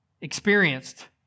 experienced